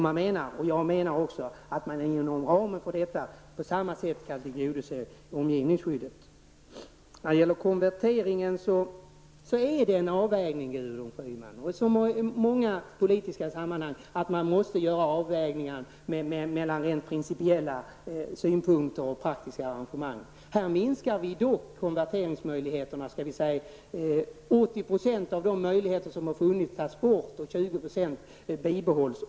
Man menar, och det menar jag också, att man inom ramen för detta kan tillgodose omgivningsskyddet. Konverteringen är en fråga om avvägning, Gudrun Schyman. I många politiska sammanhang måste man göra avvägningar mellan rent principiella synpunkter och praktiska arrangemang. Här minskar vi konverteringsmöjligheterna. 80 % av de möjligheter som har funnits tas bort. 20 % bibehålls.